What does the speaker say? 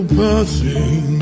passing